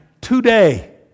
Today